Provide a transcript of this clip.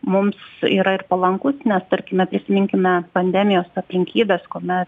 mums yra ir palankus nes tarkime prisiminkime pandemijos aplinkybes kuomet